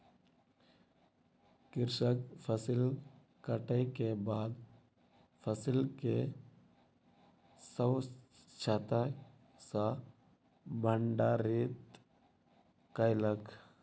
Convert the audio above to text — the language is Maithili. कृषक फसिल कटै के बाद फसिल के स्वच्छता सॅ भंडारित कयलक